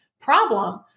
problem